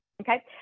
Okay